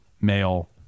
male